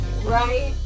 right